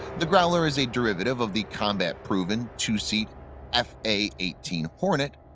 the growler is a derivative of the combat-proven two-seat f a eighteen hornet,